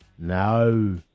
No